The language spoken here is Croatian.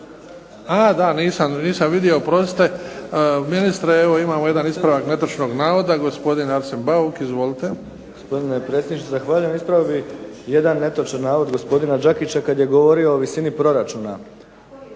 Nisam vidio oprostite. Ministre, evo imamo jedan ispravak netočnog navoda gospodin Arsen Bauk izvolite. **Bauk, Arsen (SDP)** Gospodine predsjedniče, ispravio bih jedan netočan navod gospodina Đakića kada je govorio o visini proračuna.